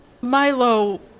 Milo